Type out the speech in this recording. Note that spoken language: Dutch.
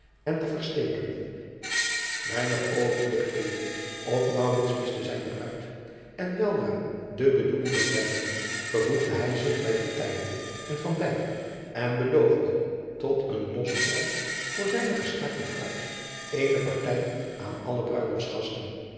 en te versteken einige oogenblikken leed het of miste zijne bruid en weldra de bedoeling begrijpende vervoegde hij zich bij en en beloofde tot een losprijs voor zijne geschaakte bruid eene partij aan alle